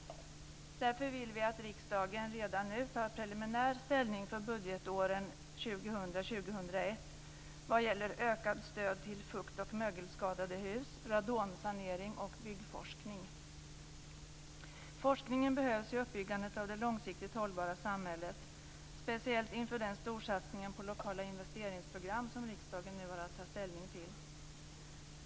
Därför vill vi att riksdagen redan nu tar preliminär ställning för budgetåren 2000-2001 vad gäller ökat stöd till fukt och mögelskadade hus, radonsanering och byggforskning. Forskningen behövs i uppbyggandet av det långsiktigt hållbara samhället, speciellt inför den storsatsning på lokala investeringsprogram som riksdagen nu har att ta ställning till.